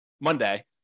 monday